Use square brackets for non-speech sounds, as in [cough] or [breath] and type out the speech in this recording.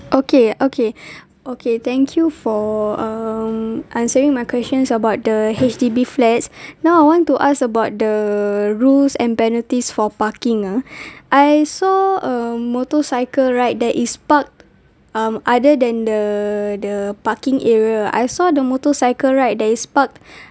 okay okay [breath] okay thank you for um answering my questions about the H_D_B flats [breath] now I want to ask about the rules and penalties for parking ah [breath] I saw um motorcycle right that is parked um other than the the parking area I saw the motorcycle right that is park [breath]